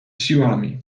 siłami